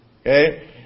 Okay